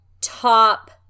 top